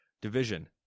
Division